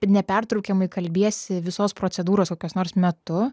nepertraukiamai kalbiesi visos procedūros kokios nors metu